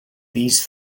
these